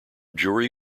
jury